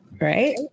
right